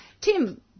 Tim